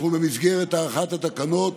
במסגרת הארכת התקנות